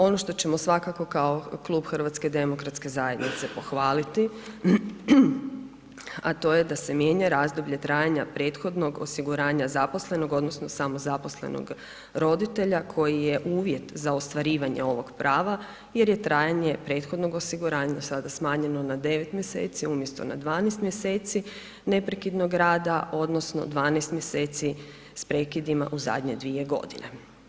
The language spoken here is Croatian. Ono što ćemo svakako kao klub HDZ-a pohvaliti, a to je da se mijenja razdoblje trajanja prethodnog osiguranja zaposlenog odnosno samozaposlenog roditelja koji je uvjet za ostvarivanje ovog prava jer je trajanje prethodnog osiguranja sada smanjeno na 9 mjeseci umjesto na 12 mjeseci neprekidnog rada odnosno 12 mjeseci s prekidima u zadnje dvije godine.